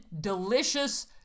delicious